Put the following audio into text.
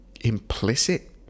implicit